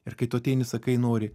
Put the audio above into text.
ir kai tu ateini sakai nori